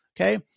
okay